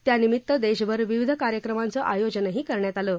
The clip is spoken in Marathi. त्यानिमित देशभर विविध कार्यक्रमाचं आयोजनहीकरण्यात आलं आहे